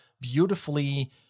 Beautifully